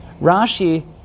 Rashi